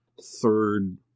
third